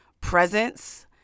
presence